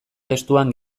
testuan